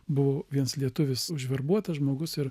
buvo vienas lietuvis užverbuotas žmogus ir